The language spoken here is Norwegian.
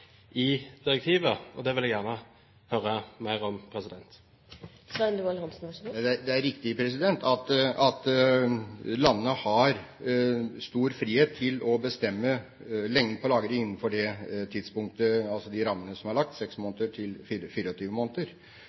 i direktivet, og det vil jeg gjerne høre mer om. Det er riktig at landene har stor frihet til å bestemme lagringstiden innenfor de rammene som er lagt – 6–24 måneder – og også til